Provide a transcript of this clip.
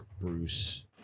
bruce